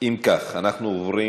אם כך, אנחנו עוברים